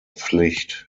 pflicht